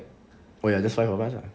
oh ya just five of us lah